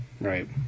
Right